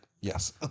yes